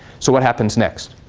so what happens next?